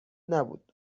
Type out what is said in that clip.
نبود